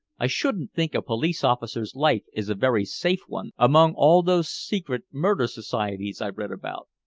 i shouldn't think a police officer's life is a very safe one among all those secret murder societies i've read about.